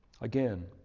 Again